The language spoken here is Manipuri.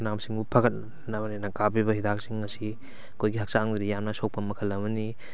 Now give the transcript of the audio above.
ꯁꯤꯡꯕꯨ ꯐꯒꯠꯅꯕꯅꯦꯅ ꯀꯥꯞꯄꯤꯕ ꯍꯤꯗꯥꯛꯁꯤꯡ ꯑꯁꯤ ꯑꯩꯈꯣꯏꯒꯤ ꯍꯛꯆꯥꯡꯗꯗꯤ ꯌꯥꯝꯅ ꯁꯣꯛꯄ ꯃꯈꯜ ꯑꯃꯅꯤ